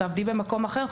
תעבדי במקום אחר,